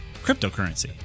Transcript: cryptocurrency